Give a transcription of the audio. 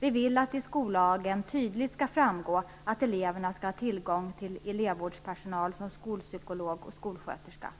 Vi vill att det i skollagen tydligt skall framgå att eleverna skall ha tillgång till elevvårdspersonal som skolpsykolog och skolsköterska.